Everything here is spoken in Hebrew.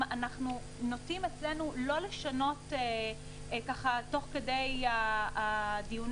אנחנו נוטים לא לשנות את המספרים תוך כדי הדיונים,